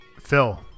Phil